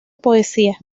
poesía